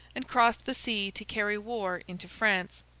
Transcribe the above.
and crossed the sea to carry war into france.